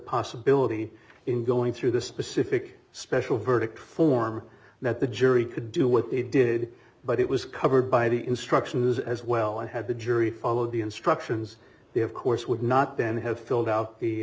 possibility in going through the specific special verdict form that the jury could do what it did but it was covered by the instructions as well and had the jury followed the instructions the of course would not then have filled out the